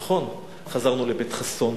נכון, חזרנו ל"בית חסון",